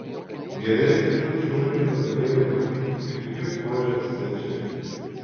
geresnį mūšio vaizdą galėjo matyti tik vip ložės svečiai